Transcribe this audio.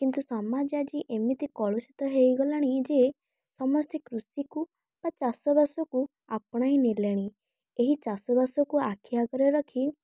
କିନ୍ତୁ ସମାଜ ଆଜି ଏମିତି କଳୁଷିତ ହେଇଗଲାଣି ଯେ ସମସ୍ତେ କୃଷିକୁ ବା ଚାଷବାସକୁ ଆପଣାଇ ନେଲେଣି ଏହି ଚାଷବାସକୁ ଆଖି ଆଗରେ ରଖି